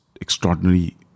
extraordinary